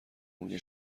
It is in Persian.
میگه